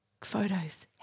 photos